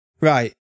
right